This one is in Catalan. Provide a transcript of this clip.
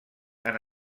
han